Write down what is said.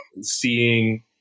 Seeing